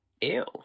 Ew